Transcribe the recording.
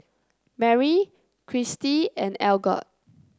Merrie Cristy and Algot